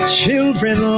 children